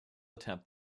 attempt